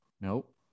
Nope